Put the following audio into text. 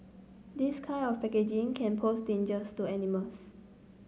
this kind of packaging can pose dangers to animals